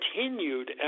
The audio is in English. continued